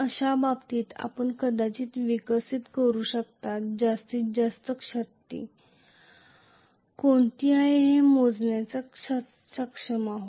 अशा परिस्थितीत आपण मोजायला सक्षम असाल संभाव्यतया जास्तीत जास्त शक्ती विकसित करू शकेल